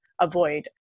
avoid